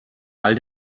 all